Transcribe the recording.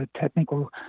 technical